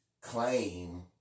claim